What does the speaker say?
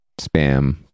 spam